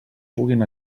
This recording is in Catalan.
puguin